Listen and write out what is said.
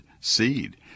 seed